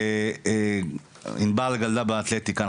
ענבר גדלה באתלטיקה,